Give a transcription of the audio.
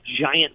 giant